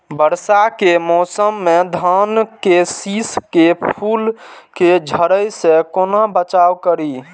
वर्षा के मौसम में धान के शिश के फुल के झड़े से केना बचाव करी?